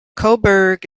coburg